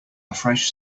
fresh